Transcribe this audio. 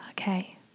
okay